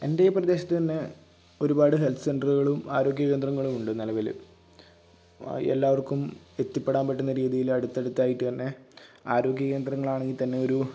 എന്റെ ഈ പ്രദേശത്ത് തന്നെ ഒരുപാട് ഹെല്ത്ത് സെന്ററുകളും ആരോഗ്യ കേന്ദ്രങ്ങളുമുണ്ട് നിലവിൽ എല്ലാവര്ക്കും എത്തിപ്പെടാന് പറ്റുന്ന രീതിയിൽ അടുത്തടുത്തായിട്ട് തന്നെ ആരോഗ്യ കേന്ദ്രങ്ങളാണെങ്കിൽ തന്നെ ഒരു